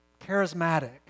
charismatic